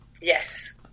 Yes